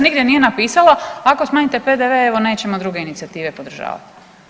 Nigdje nije napisala ako smanjite PDV-e evo nećemo druge inicijative podržavati.